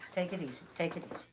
take it easy, take it